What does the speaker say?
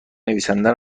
نویسنده